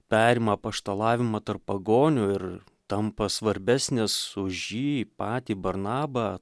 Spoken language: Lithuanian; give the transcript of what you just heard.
perima apaštalavimą tarp pagonių ir tampa svarbesnis už jį patį barnabą